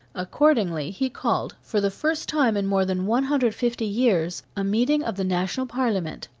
accordingly he called, for the first time in more than one hundred fifty years, a meeting of the national parliament,